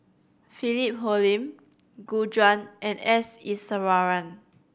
Philip Hoalim Gu Juan and S Iswaran